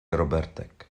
robertek